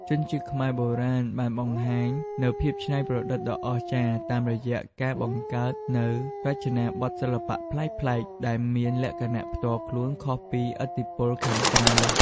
ជនជាតិខ្មែរបុរាណបានបង្ហាញនូវភាពច្នៃប្រឌិតដ៏អស្ចារ្យតាមរយៈការបង្កើតនូវរចនាបថសិល្បៈប្លែកៗ ដែលមានលក្ខណៈផ្ទាល់ខ្លួនខុសពីឥទ្ធិពលខាងក្រៅ។